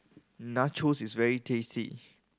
nachos is very tasty